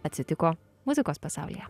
atsitiko muzikos pasaulyje